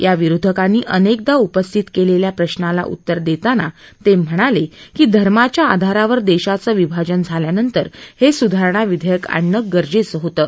या विरोधकांनी अनेकदा उपस्थित केलेल्या प्रशाला उत्तर देताना ते म्हणाले की धर्माच्या आधारावर देशाचं विभाजन झाल्यानंतर हे सुधारणा विधेयक आणणं गरजेचं होतं